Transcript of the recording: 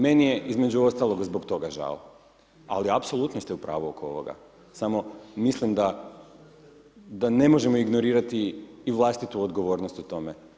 Meni je između ostalog zbog toga žao, ali apsolutno ste u pravu oko ovoga, samo mislim da, da ne možemo ignorirati i vlastitu odgovornost u tome.